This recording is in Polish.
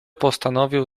postanowił